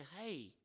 hey